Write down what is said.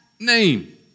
name